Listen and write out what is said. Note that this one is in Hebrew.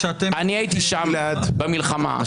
אני הייתי שם במלחמה.